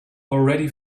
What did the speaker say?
already